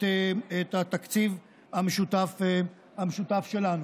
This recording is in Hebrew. את התקציב המשותף שלנו.